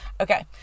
Okay